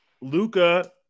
luca